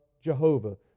Jehovah